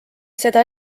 seda